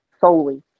solely